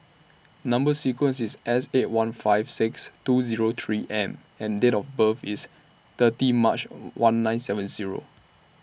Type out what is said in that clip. Number sequence IS S eight one five six two Zero three M and Date of birth IS thirty March one nine seven Zero